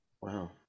Wow